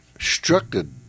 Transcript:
structured